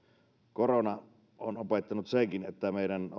korona on opettanut senkin että meidän